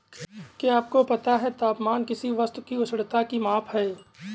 क्या आपको पता है तापमान किसी वस्तु की उष्णता की माप है?